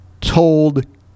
told